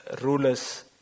rulers